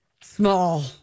small